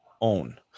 own